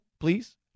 Please